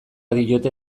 diote